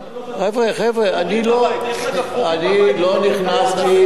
חבר'ה, חבר'ה, אני לא נכנסתי, יש לה סכינים.